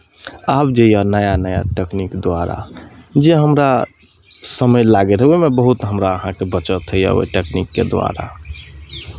आब जे यए नया नया टेकनीक द्वारा जे हमरा समय लागैत रहै ओहिमे बहुत हमरा अहाँके बचत होइए ओहि टेकनीकके द्वारा